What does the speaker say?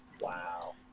Wow